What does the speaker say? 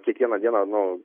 kiekvieną dieną nu